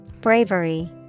Bravery